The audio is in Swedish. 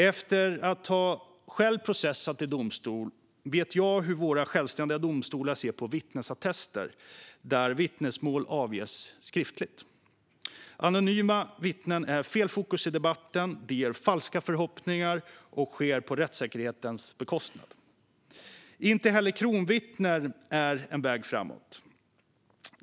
Efter att själv ha processat i domstol vet jag hur våra självständiga domstolar ser på vittnesattester, där vittnesmål avges skriftligt. Anonyma vittnen är fel fokus i debatten. Det ger falska förhoppningar och sker på rättssäkerhetens bekostnad. Inte heller kronvittnen är en väg framåt.